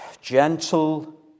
gentle